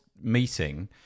meeting